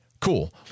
Cool